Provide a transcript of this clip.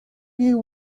you